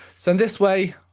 so in this way,